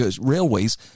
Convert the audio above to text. Railways